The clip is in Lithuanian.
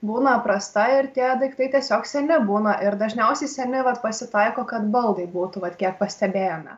būna prasta ir tie daiktai tiesiog seni būna ir dažniausiai seni vat pasitaiko kad baldai būtų vat kiek pastebėjome